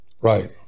right